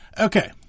Okay